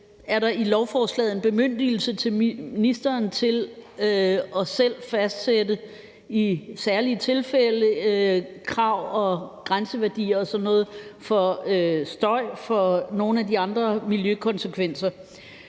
indeholder lovforslaget en bemyndigelse til ministeren til i særlige tilfælde selv at fastsætte krav og grænseværdier og sådan noget i forhold til støj og nogle af de andre miljøkonsekvenser.